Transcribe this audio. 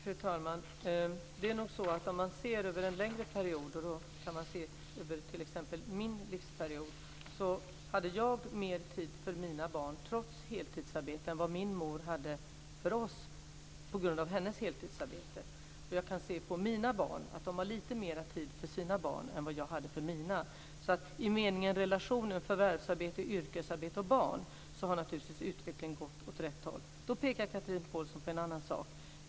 Fru talman! Om man ser över en längre period, t.ex. över min livsperiod, så hade jag mer tid för mina barn trots heltidsarbete än vad min mor hade för oss på grund av hennes heltidsarbete. Jag kan se på mina barn att de har lite mer tid för sina barn än vad jag hade för mina. I meningen relationen förvärvsarbete, yrkesarbete och barn har naturligtvis utvecklingen åt rätt håll. Då pekar Chatrine Pålsson på en annan sak.